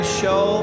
show